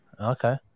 Okay